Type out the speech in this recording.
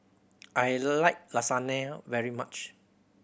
I like Lasagne very much